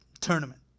tournament